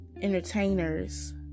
entertainers